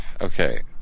Okay